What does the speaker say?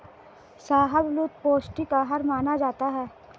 शाहबलूत पौस्टिक आहार माना जाता है